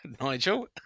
Nigel